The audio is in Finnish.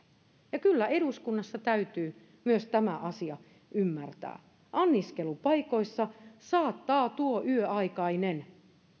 ja kyllä eduskunnassa täytyy myös tämä asia ymmärtää anniskelupaikoissa saattaa tuo yöaikainen